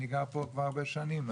אני גר פה כבר הרבה שנים.